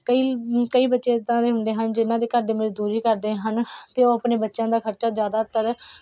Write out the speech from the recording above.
ਕਈ ਕਈ ਬੱਚੇ ਇੱਦਾਂ ਦੇ ਹੁੰਦੇ ਹਨ ਜਿਹਨਾਂ ਦੇ ਘਰ ਦੇ ਮਜ਼ਦੂਰੀ ਕਰਦੇ ਹਨ ਅਤੇ ਉਹ ਆਪਣੇ ਬੱਚਿਆਂ ਦਾ ਖਰਚਾ ਜ਼ਿਆਦਾਤਰ